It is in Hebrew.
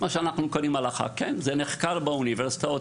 זה נחקר באוניברסיטאות.